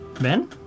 Ben